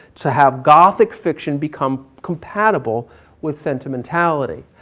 to have gothic fiction become compatible with sentimentality.